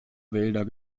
wälder